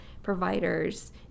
Providers